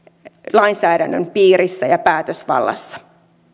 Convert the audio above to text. lainsäädännön piirissä ja päätösvallassa